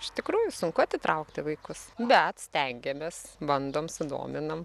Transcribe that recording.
iš tikrųjų sunku atitraukti vaikus bet stengiamės bandom sudominam